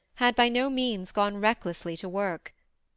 had by no means gone recklessly to work.